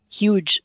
huge